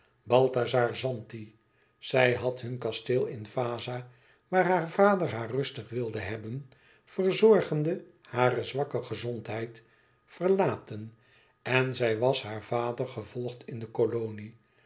balthazar zanti zij had hun kasteel in vaza waar haar vader haar rustig wilde hebben verzorgende hare zwakke gezondheid verlaten en zij was haar vader gevolgd in de kolonie